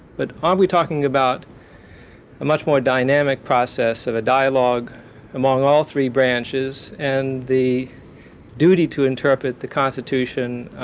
but are um we talking about a much more dynamic process of a dialog among all three branches and the duty to interpret the constitution